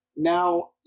Now